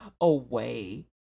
away